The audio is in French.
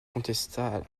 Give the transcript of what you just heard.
contesta